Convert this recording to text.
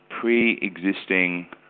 pre-existing